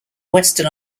western